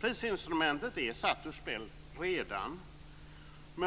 Prisinstrumentet är redan satt ur spel,